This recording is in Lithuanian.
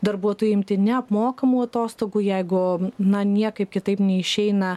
darbuotojui imti neapmokamų atostogų jeigu na niekaip kitaip neišeina